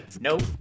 Nope